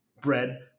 bread